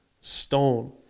stone